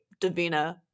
Davina